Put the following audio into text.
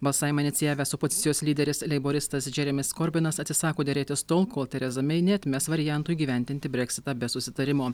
balsavimą inicijavęs opozicijos lyderis leiboristas džeremis korbinas atsisako derėtis tol kol tereza mei neatmes varianto įgyvendinti breksitą be susitarimo